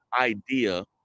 idea